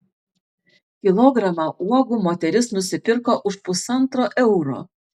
kilogramą uogų moteris nusipirko už pusantro euro